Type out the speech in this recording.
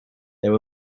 there